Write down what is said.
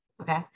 Okay